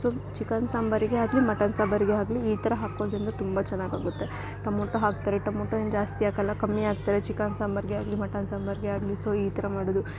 so chicken ಸಾಂಬಾರಿಗೆ ಆಗಲಿ mutton ಸಾಂಬಾರಿಗೆ ಆಗ್ಲಿ ಈ ಥರ ಹಾಕೋದ್ರಿಂದ ತುಂಬ ಚೆನ್ನಾಗ್ ಆಗುತ್ತೆ ಟಮೋಟೊ ಹಾಕ್ತಾರೆ ಟಮೋಟೊ ಏನು ಜಾಸ್ತಿ ಹಾಕೋಲ್ಲ ಕಮ್ಮಿ ಹಾಕ್ತಾರೆ ಚಿಕನ್ ಸಾಂಬಾರಿಗೆ ಆಗಲಿ ಮಟನ್ ಸಾಂಬಾರಿಗೆ ಆಗಲಿ ಸೋ ಈ ಥರ ಮಾಡೋದು